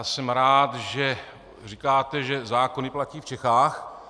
Jsem rád, že říkáte, že zákony platí v Čechách.